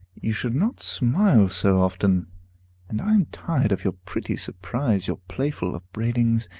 you should not smile so often and i am tired of your pretty surprise, your playful upbraidings,